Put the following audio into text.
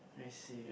I see